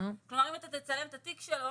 כלומר אם אתה תצלם את התיק שלו,